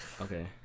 Okay